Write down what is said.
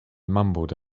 mumbled